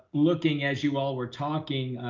looking, as you all were talking,